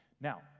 Now